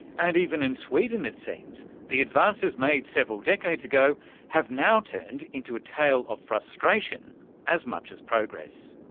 and even in sweden, it seems, the advances made several decades ago have now turned into a tale of frustration as much as progress.